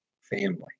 family